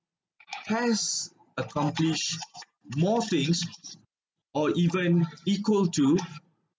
has accomplish more things or even equal to